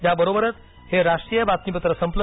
या बरोबरच हे राष्ट्रीय बातमीपत्र संपलं